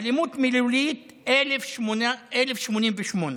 אלימות מילולית, 1,088,